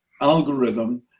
algorithm